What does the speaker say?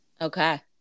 Okay